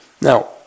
Now